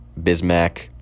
Bismack